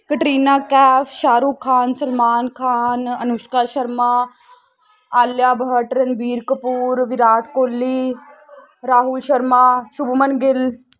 Katrina Kaif Shahrukh Khan Salman Khan Anushka Sharma Alia Bhatt Ranveer Kapoor Virat Kohli Rahul Sharma Shubman Gill